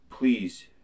please